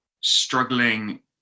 struggling